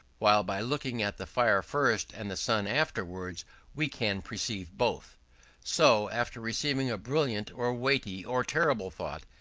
while by looking at the fire first and the sun afterwards we can perceive both so, after receiving a brilliant, or weighty, or terrible thought,